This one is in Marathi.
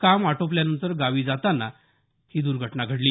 काम आटोपल्यानंतर गावी जातांना ही दुर्घटना घडली